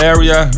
Area